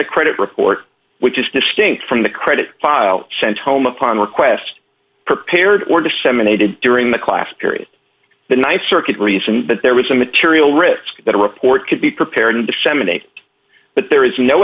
a credit report which is distinct from the credit file sent home upon request prepared or disseminated during the class period the th circuit reason but there was a material risk that a report could be prepared and disseminate but there is no